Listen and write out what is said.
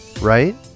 right